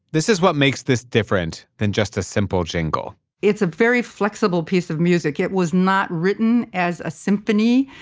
this is what makes this different than just a simple jingle it's a very flexible piece of music. it was not written as a symphony.